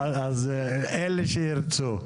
אז אלה שירצו,